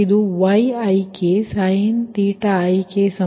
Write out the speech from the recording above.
ಇದು |Yik|sin⁡θik Bik